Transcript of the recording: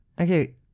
Okay